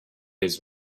his